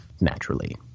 naturally